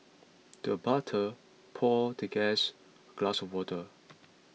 the butler poured the guest a glass of water